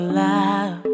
love